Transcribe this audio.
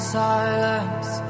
silence